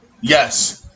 Yes